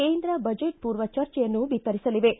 ಕೇಂದ್ರ ಬಜೆಟ್ ಪೂರ್ವ ಚರ್ಚೆಯನ್ನು ಬಿತ್ತರಿಸಲಿವೆ